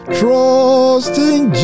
trusting